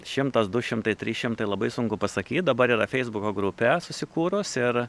šimtas du šimtai trys šimtai labai sunku pasakyt dabar yra feisbuko grupė susikūrus ir